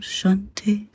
Shanti